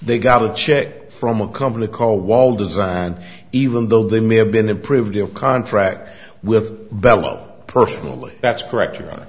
they got a check from a company called wall design even though they may have been approved of contract with bella personally that's correct you're right